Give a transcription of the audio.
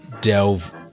delve